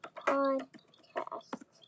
podcast